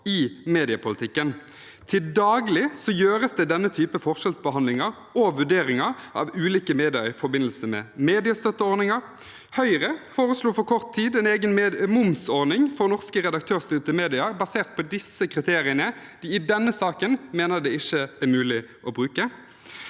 i mediepolitikken. Til daglig gjøres det denne typen forskjellsbehandlinger og vurderinger av ulike medier i forbindelse med mediestøtteordningen. Høyre foreslo for kort tid siden en egen momsordning for norske redaktørstyrte medier, basert på de kriteriene som de i denne saken mener det ikke er mulig å bruke.